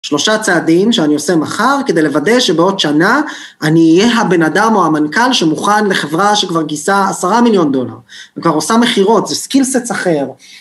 שלושה צעדים שאני עושה מחר כדי לוודא שבעוד שנה אני אהיה הבן אדם או המנכ״ל שמוכן לחברה שכבר גיסה עשרה מיליון דולר, וכבר עושה מחירות, זה סקילס אחר.